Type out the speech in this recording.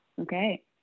Okay